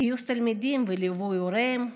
גיוס תלמידים וליווי הוריהם.